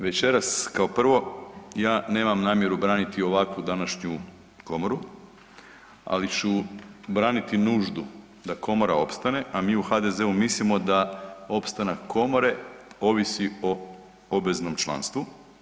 Večeras kao prvo ja nemam namjeru braniti ovakvu današnju komoru, ali ću braniti nuždu da komora opstane, a mi u HDZ-u mislimo da opstanak komore ovisi o obveznom članstvu.